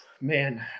Man